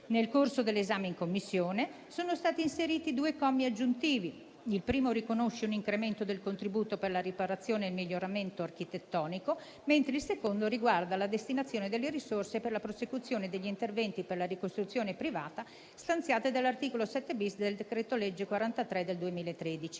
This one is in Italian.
Nel corso dell'esame in Commissione sono stati inseriti due commi aggiuntivi; il primo riconosce un incremento del contributo per la riparazione e il miglioramento architettonico, mentre il secondo riguarda la destinazione delle risorse per la prosecuzione degli interventi per la ricostruzione privata stanziate dall'articolo 7-*bis* del decreto-legge n. 43 del 2013.